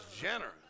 generous